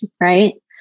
right